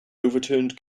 overturned